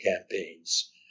campaigns